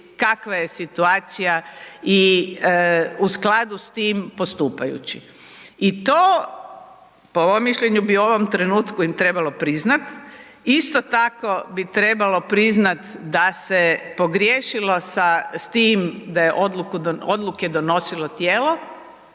kakva je situacija i u skladu s tim postupajući. I to po mom mišljenju bi u ovom trenutku trebalo priznati, isto tako bi trebalo priznat da se pogriješilo sa, s tim da je odluke donosilo tijelo